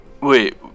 Wait